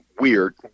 weird